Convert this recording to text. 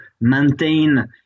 maintain